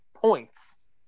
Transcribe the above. points